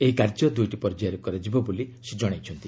ଏହି କାର୍ଯ୍ୟ ଦୁଇଟି ପର୍ଯ୍ୟାୟରେ କରାଯିବ ବୋଲି ସେ କହିଛନ୍ତି